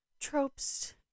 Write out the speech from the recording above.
tropes